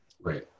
Right